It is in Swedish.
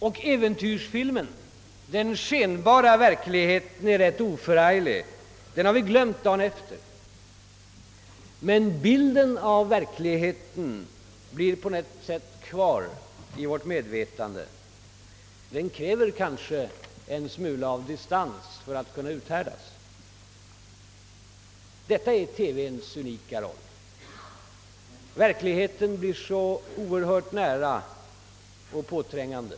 Och äventyrsfilmen, den skenbara verkligheten, är rätt oförarglig — den har vi glömt dagen efter. Bilden av verkligheten däremot blir på något sätt kvar i vårt medvetande; den kräver kanske en smula distans för att kunna uthärdas. Detta är TV:ns unika roll. Verkligheten blir så nära och påträngande.